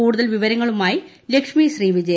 കൂടുതൽ വിവരങ്ങളുമായി ലക്ഷ്മി ശ്രീവിജയ